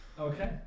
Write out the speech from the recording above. Okay